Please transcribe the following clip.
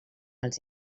els